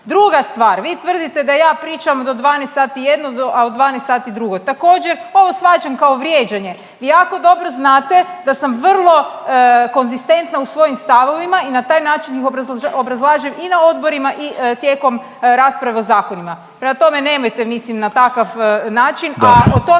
Druga stvar, vi tvrdite da ja pričam do 12 sati jedno, a od 12 sati drugo. Također, ovo shvaćam kao vrijeđanje. Vi jako dobro znate da sam vrlo konzistentna u svojim stavovima i na taj način ih obrazlažem i na odborima i tijekom rasprave o zakonima. Prema tome, nemojte mislim na takav način